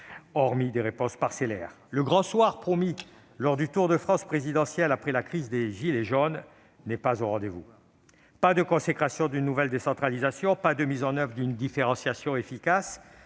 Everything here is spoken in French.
que des réponses parcellaires. Le grand soir promis lors du tour de France présidentiel après la crise des « gilets jaunes » n'est pas au rendez-vous : pas de consécration d'une nouvelle décentralisation, pas de mise en oeuvre d'une différenciation efficace,